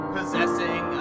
Possessing